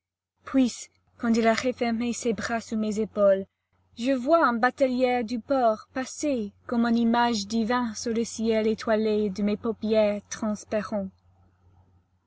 quand il a refermé ses bras sous mes épaules je vois un batelier du port passer comme une image divine sur le ciel étoilé de mes paupières transparentes